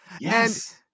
yes